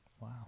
Wow